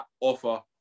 offer